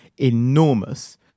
enormous